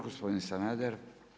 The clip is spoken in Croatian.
Gospodin Sanader.